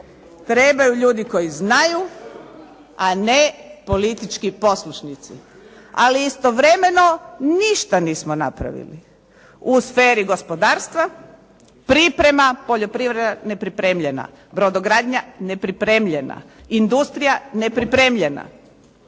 Trebaju ljudi koji znaju, a ne politički poslušnici, ali istovremeno ništa nismo napravili u sferi gospodarstva, priprema poljoprivrede nepripremljena, brodogradnja nepripremljena, industrija nepripremljena.